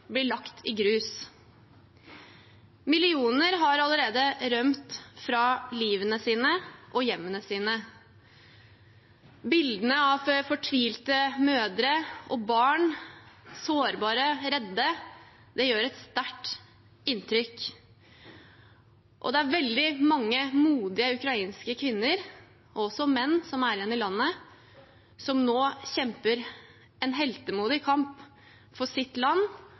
lagt i grus. Millioner har allerede rømt fra livet sitt og hjemmene sine. Bildene av fortvilte mødre og sårbare og redde barn gjør et sterkt inntrykk. Det er veldig mange modige ukrainske kvinner, og også menn, som er igjen i landet, som nå kjemper en heltemodig kamp for sitt land,